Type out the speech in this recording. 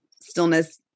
stillness